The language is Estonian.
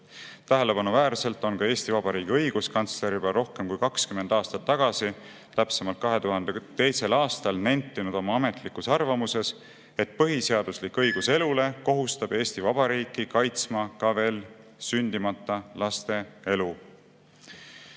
Tähelepanuväärselt on ka Eesti Vabariigi õiguskantsler juba rohkem kui 20 aastat tagasi, täpsemalt 2002. aastal nentinud oma ametlikus arvamuses, et põhiseaduslik õigus elule kohustab Eesti Vabariiki kaitsma ka veel sündimata laste elu.